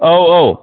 औ औ